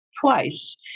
twice